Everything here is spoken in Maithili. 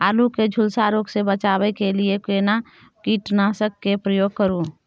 आलू के झुलसा रोग से बचाबै के लिए केना कीटनासक के प्रयोग करू